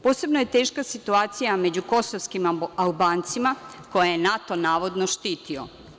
Posebno je teška situacija među kosovskim Albancima koje je NATO navodno štitio.